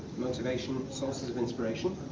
motivation, sources of inspiration.